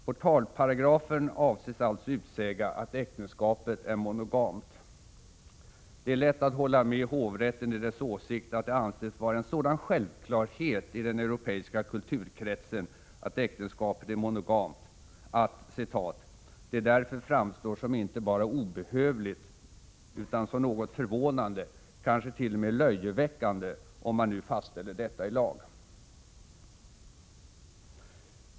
Portalparagrafen avses alltså utsäga att äktenskapet är monogamt. Det är lätt att hålla med hovrätten i dess åsikt att det ansetts vara en sådan självklarhet i den europeiska kulturkretsen att äktenskapet är monogamt att det därför framstår ”som inte bara obehövligt utan som något förvånande, kanske till och med löjeväckande, om man nu fastställer detta i lag”.